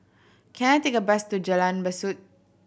can I take a bus to Jalan Besut